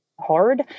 hard